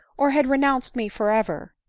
or had renounced me for ever.